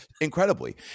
incredibly